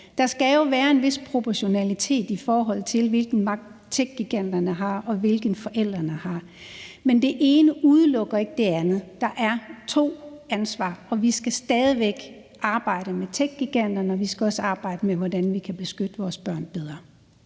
Der skal jo være en vis proportionalitet, i forhold til hvilken magt techgiganterne har og hvilken magt forældrene har. Men det ene udelukker ikke det andet, der er to ansvar, og vi skal stadig væk arbejde med techgiganterne, og vi skal også arbejde med, hvordan vi kan beskytte vores børn bedre.